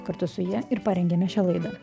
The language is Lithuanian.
kartu su ja ir parengėme šią laidą